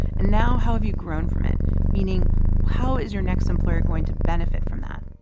and now, how have you grown from it meaning how is your next employer going to benefit from that?